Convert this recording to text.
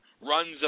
runs